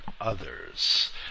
others